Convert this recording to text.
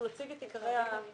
אנחנו נציג את העיקרים.